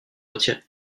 retire